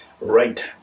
Right